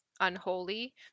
unholy